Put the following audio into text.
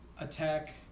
Attack